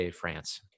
france